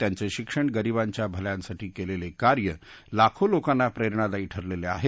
त्यांचे शिक्षण गरीबांच्या भल्यासाठी केलेले कार्य लाखो लोकांना प्रेरणादायी ठरलेले आहे